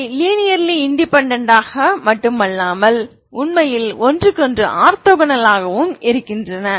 அவர்கள் linearly independent ஆக மட்டுமல்லாமல் உண்மையில் ஒன்றுக்கொன்று ஆர்த்தோகனல் ஆகவும் இருக்கிறார்கள்